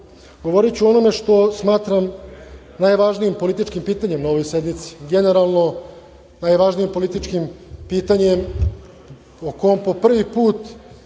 govoriću o onome što smatram najvažnijim političkim pitanjem na ovoj sednici, generalno najvažnijim političkim pitanjem o kom po prvi put